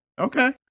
Okay